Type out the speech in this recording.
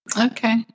Okay